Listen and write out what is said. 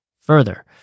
further